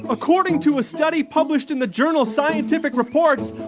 according to a study published in the journal scientific reports,